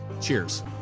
Cheers